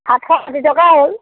আঠশ ষাঠি টকা হ'ল